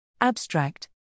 Abstract